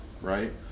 right